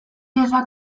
ezak